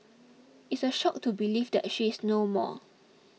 it's a shock to believe that she is no more